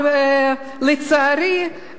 אבל לצערי,